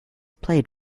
played